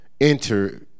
enter